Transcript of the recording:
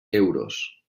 euros